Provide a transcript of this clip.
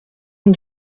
une